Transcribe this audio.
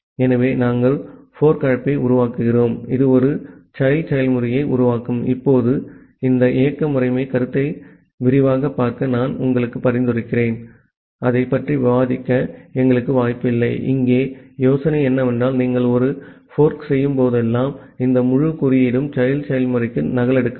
ஆகவே நாங்கள் ஒரு போர்க் அழைப்பை உருவாக்குகிறோம் இது ஒரு child செயல்முறையை உருவாக்கும் இப்போது இந்த இயக்க முறைமை கருத்தை விரிவாகப் பார்க்க நான் உங்களுக்கு பரிந்துரைக்கிறேன் அதைப் பற்றி விவாதிக்க எங்களுக்கு வாய்ப்பில்லை இங்கே யோசனை என்னவென்றால் நீங்கள் ஒரு போர்க் செய்யும் போதெல்லாம் இந்த முழு குறியீடும் child செயல்முறைக்கு நகலெடுக்கப்படும்